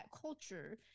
culture